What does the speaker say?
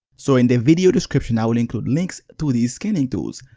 so in the video description i will include links to these scanning tools.